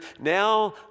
Now